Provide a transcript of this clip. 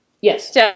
Yes